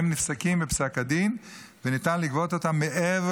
והם נפסקים בפסק הדין וניתן לגבות אותם מעבר